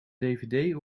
dvd